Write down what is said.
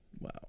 Wow